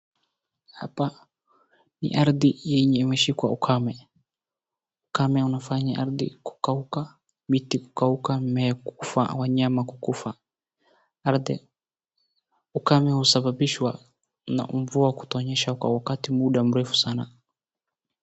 Hapa ni ardhi yenye imeshikwa ukame, ukame inafanya ardhi kukauka, miti kukauka, mimea kukufa, wanyama kukufa. Ukame husabibishwa na mvua kutonyesha kwa wakati muda mrefu sana.